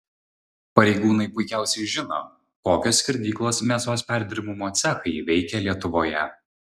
pareigūnai puikiausiai žino kokios skerdyklos mėsos perdirbimo cechai veikia lietuvoje